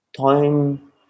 time